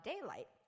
daylight